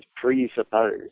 presuppose